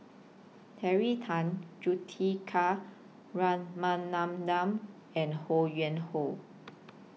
Terry Tan Juthika Ramanathan and Ho Yuen Hoe